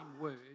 word